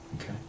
Okay